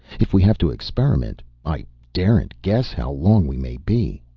if we have to experiment, i daren't guess how long we may be.